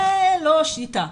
זה לא שיטה,